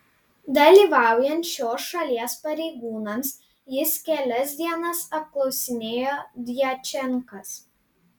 dalyvaujant šios šalies pareigūnams jis kelias dienas apklausinėjo djačenkas